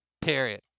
Period